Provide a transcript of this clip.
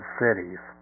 cities